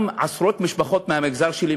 גם עשרות משפחות מהמגזר שלי,